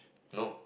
no